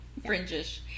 Fringish